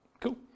Cool